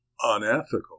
unethical